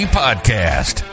podcast